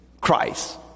Christ